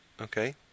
Okay